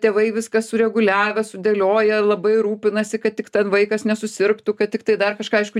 tėvai viską sureguliavę sudėlioję labai rūpinasi kad tik ten vaikas nesusirgtų kad tiktai dar kažką aišku